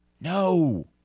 no